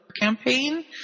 campaign